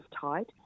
tight